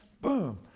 Boom